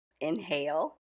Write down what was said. inhale